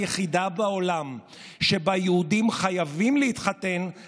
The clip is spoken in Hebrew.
ייכנסו חברי כנסת במסגרת החוק הנורבגי ושמעתי את חבר הכנסת אשר,